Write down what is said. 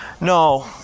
No